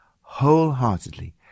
wholeheartedly